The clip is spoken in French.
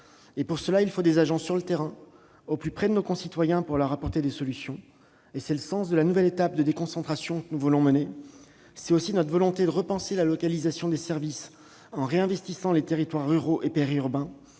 Pour cela, il faut des agents sur le terrain, au plus près de nos concitoyens, pour leur apporter des solutions. C'est le sens de la nouvelle étape de déconcentration que nous voulons mener. Nous avons également la volonté de repenser la localisation des services, en réinvestissant les territoires ruraux et périurbains.